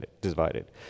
divided